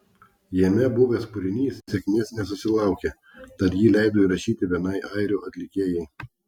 jame buvęs kūrinys sėkmės nesusilaukė tad jį leido įrašyti vienai airių atlikėjai